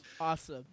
Awesome